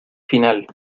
final